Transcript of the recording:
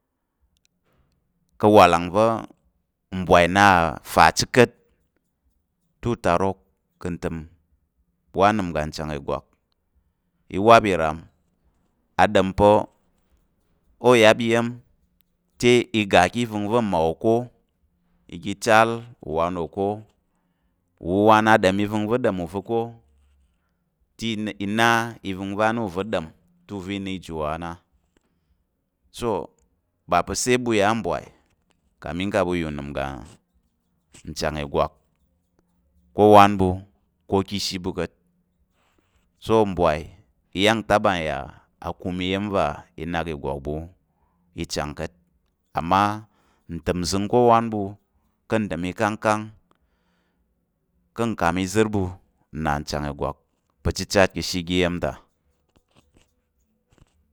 Ka̱ awalang va̱ mbwai na fa chit ka̱t, te utarok ka̱ ntəm wa anəm uga nchang ìgwak, i wap ìram, a ɗom pa̱ o yap iya̱m te i ga ká̱ iva̱ngva̱ mmawo ká̱ i ga i chal uwan wò ko, uwuwan a ɗom iva̱ngva̱ ɗom u va̱ ko te i na te i na iva̱ngva̱ á na ova̱ ɗom te i na ijiwo á na, so ba pa̱ sai ɓu yà ká̱ mbwai kami kang ɓu yà unəm uga nchang ìgwak ko owan ɓu, ko ká̱ ishi ɓu ka̱t. So mbwai i ta ba yà akum iya̱m va i nak ìgwak ɓu i chang ka̱t amma n təm nzəng ko owan ɓu ká̱ n ɗom ikangkang ká̱ nkam ìzər ɓu nna nchang ìgwak pa̱ chichat ka̱ ashe oga iya̱m ta.